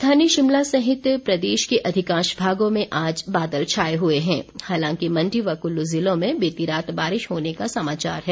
राजधानी शिमला सहित प्रदेश के अधिकांश भागों में आज बादल छाये हुए हैं हालांकि मंडी व कुल्लू जिलों में बीती रात बारिश होने का समाचार है